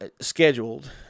scheduled